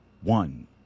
one